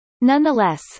Nonetheless